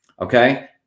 okay